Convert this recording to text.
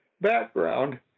background